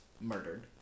murdered